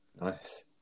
Nice